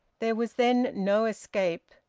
there was then no escape,